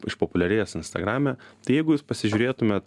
išpopuliarėjęs instagrame tai jeigu jūs pasižiūrėtumėt